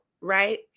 right